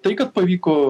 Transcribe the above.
tai kad pavyko